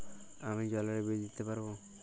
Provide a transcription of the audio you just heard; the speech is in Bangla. আমি জলের বিল দিতে পারবো?